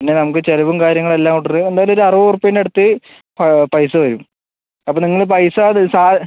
പിന്നെ നമുക്ക് ചിലവും കാര്യങ്ങളും എല്ലാം ഇട്ട് എന്തായാലും ഒരു അറുപത് റുപ്യേൻ്റെ അടുത്ത് പൈസ വരും അപ്പം നിങ്ങൾ പൈസ അത് സാ